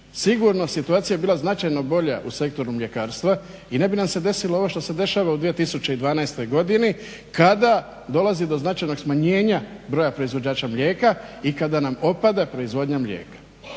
sigurno situacija bila značajno bolja u sektoru mljekarstva i ne bi nam se desilo ovo što se dešava u 2012. godini kada dolazi do značajnog smanjenja broja proizvođača mlijeka i kada nam opada proizvodnja mlijeka.